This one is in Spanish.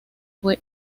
fue